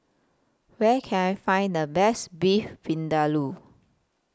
Where Can I Find The Best Beef Vindaloo